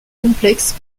complexe